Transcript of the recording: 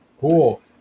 Cool